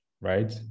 right